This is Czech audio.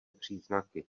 příznaky